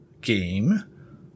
game